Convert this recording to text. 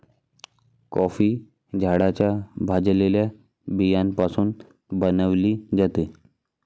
coffee झाडाच्या भाजलेल्या बियाण्यापासून बनविली जाते